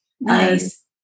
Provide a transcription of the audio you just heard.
nice